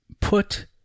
put